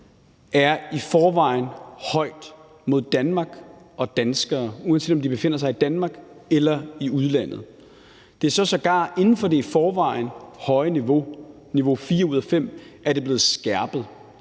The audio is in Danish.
er i forvejen højt mod Danmark og danskere, uanset om de befinder sig i Danmark eller i udlandet. Det er sågar inden for det i forvejen høje niveau – niveau 4 ud af 5 – at det er blevet skærpet.